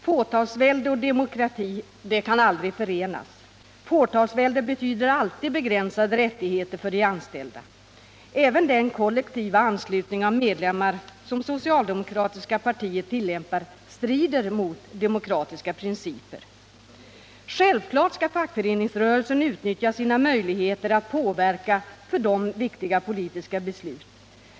Fåtalsvälde och demokrati kan aldrig förenas. Fåtalsvälde betyder alltid begränsade rättigheter för de anställda. Även den kollektiva anslutning av medlemmar som socialdemokratiska partiet tillämpar strider mot demokratiska principer. Självfallet skall fackföreningsrörelsen utnyttja sina möjligheter att påverka för dess medlemmar viktiga politiska beslut.